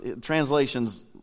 translations